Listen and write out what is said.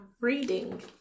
reading